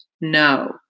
No